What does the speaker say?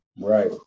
right